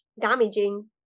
damaging